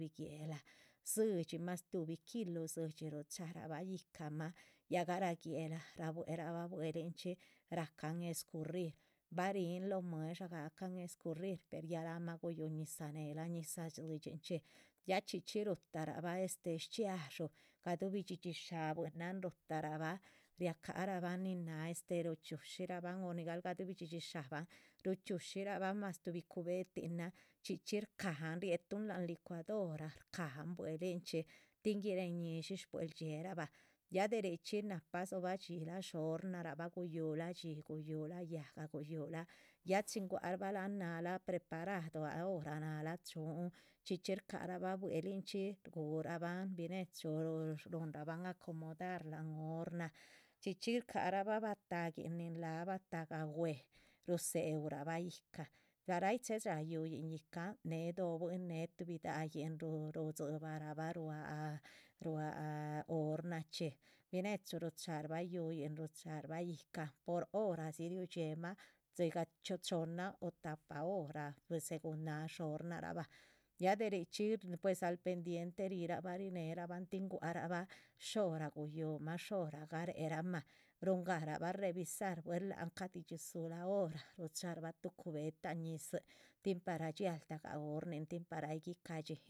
Tuh guéhla, dzidxi mas tuhbi kilu dzidxi rushxaraba ya garaguela ra´buerabá bue´lahchi rácan escurrir varínnh loh mueh´dsha gacán escurrir per ya lanhma guyuñisane ñisa dzidxinchi ya chxíchi ru´tahraba este shchxiadxú gadu´bi dhxíhxi sha´buinan ru´tahraba riahcaraban ninhna este ruchiuhcxiraba o nigla gadu´bi dhxí sha´ban mas tuhbi cubetinan chxíchi rscán rie´tuhn lanh licuadora rscán buelínchi tin guiréh ñi´dxin sbue´ldxi´eehraba ya de richxí napa shoba´chxíra hornaraba guyu´la dhxí guyu´la yahga guyu´la, ya chxín gua´raba anh nah´ra preparado anh hora na´rá cuuhn chxíchi shcarába bue´linchí chxíchi curaban binechu runh´rában acomodar lanh horna chxíchi shcarába batagiín nin laáh batagah wüeh ruseuraba yíhcán par ai chesxha yuuhín yícán neeh dohba neeh tu dahín rdzi´baraba ruánh hornachi binechu ru´cha´rahba yuuhín ru´cha´rahba yicán por horasí riuchiema siga chohnna o tapa hora según naah shornaraba ya de richxí pues al pendiente rira´ba rine´raban tin gua´raba shora gu´yumá shora gabue´rabama rungaraba revisar buelh lang cadi´dxhizura hora rucha´raba tu cubeta ñisa tin para´ga chxialdaganh hornín tin hay gui´cadhxinh